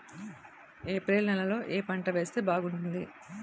April నెలలో ఏ పంట వేస్తే బాగుంటుంది?